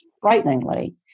frighteningly